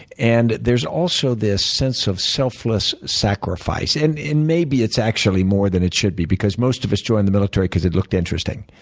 and there's also this sense of selfless sacrifice. and and maybe it's actually more than it should be. because most of us joined the military because it looked interesting.